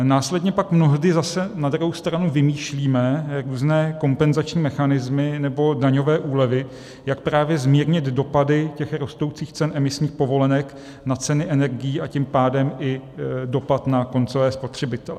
Následně pak mnohdy zase na druhou stranu vymýšlíme různé kompenzační mechanismy nebo daňové úlevy, jak zmírnit dopady rostoucích cen emisních povolenek na ceny energií, a tím pádem i dopad na koncové spotřebitele.